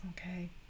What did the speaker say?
okay